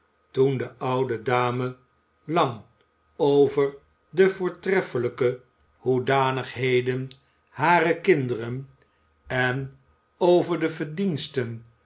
toen de oude dame lang over de voortreffelijke hoedanigheden harer kinderen en over de verdiensten